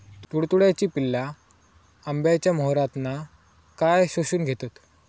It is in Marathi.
तुडतुड्याची पिल्ला आंब्याच्या मोहरातना काय शोशून घेतत?